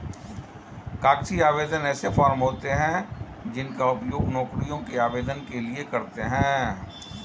कागजी आवेदन ऐसे फॉर्म होते हैं जिनका उपयोग नौकरियों के आवेदन के लिए करते हैं